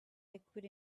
liquid